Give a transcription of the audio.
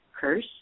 curse